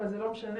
אבל זה לא משנה,